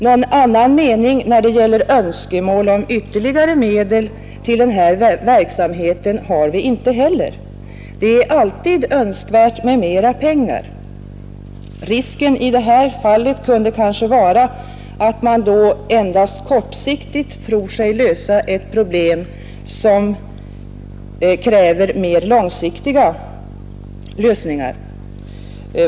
Någon annan mening när det gäller önskemål om ytterligare medel till denna verksamhet har vi inte heller. Det är alltid önskvärt med mera pengar. Risken i det här fallet kunde kanske vara att man då endast kortsiktigt tror sig lösa ett problem som kräver mer långsiktiga lösningar.